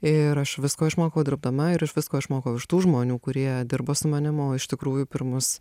ir aš visko išmokau dirbdama ir aš visko išmokau iš tų žmonių kurie dirbo su manim o iš tikrųjų pirmus